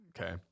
okay